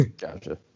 Gotcha